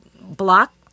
block